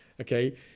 okay